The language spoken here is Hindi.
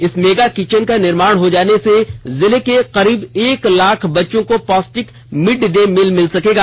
इस मेगा किचन का निर्माण हो जाने से जिले के करीब एक लाख बच्चों को पौष्टिक मिड डे मील मिल सकेगा